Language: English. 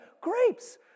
grapes